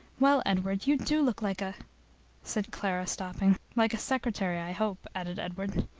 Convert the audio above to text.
well, edward, you do look like a said clara, stopping. like a secretary, i hope, added edward.